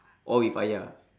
oh with ayah